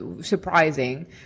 surprising